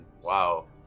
Wow